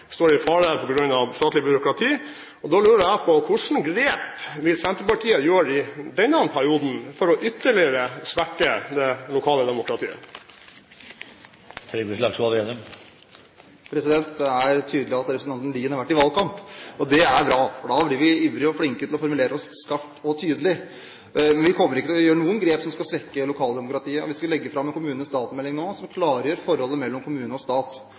står i fare på grunn av statlig byråkrati. Da lurer jeg på: Hvilke grep vil Senterpartiet gjøre i denne perioden for ytterligere å svekke det lokale demokratiet? Det er tydelig at representanten Lien har vært i valgkamp. Det er bra, for da blir vi ivrige og flinke til å formulere oss skarpt og tydelig. Vi kommer ikke til å gjøre noen grep som skal svekke lokaldemokratiet. Vi skal legge fram en melding som klargjør forholdet mellom kommune og stat.